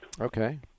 Okay